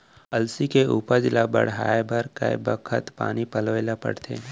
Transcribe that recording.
अलसी के उपज ला बढ़ए बर कय बखत पानी पलोय ल पड़थे?